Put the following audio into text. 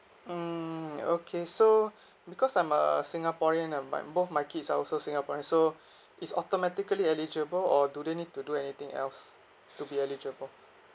mm okay so because I'm a singaporean and my both my kids are also singaporean so it's automatically eligible or do they need to do anything else to be eligible